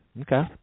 Okay